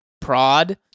prod